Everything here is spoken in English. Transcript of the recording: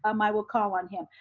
um i will call on him.